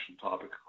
topic